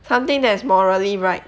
something that is morally right